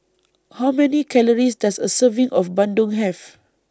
How Many Calories Does A Serving of Bandung Have